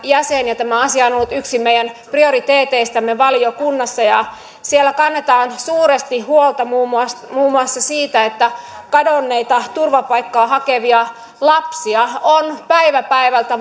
jäsen ja tämä asia on ollut yksi meidän prioriteeteistamme valiokunnassa ja siellä kannetaan suuresti huolta muun muassa muun muassa siitä että kadonneita turvapaikkaa hakevia lapsia on päivä päivältä